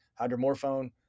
hydromorphone